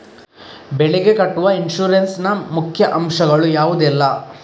ಬೆಳೆಗೆ ಕಟ್ಟುವ ಇನ್ಸೂರೆನ್ಸ್ ನ ಮುಖ್ಯ ಅಂಶ ಗಳು ಯಾವುದೆಲ್ಲ?